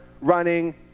running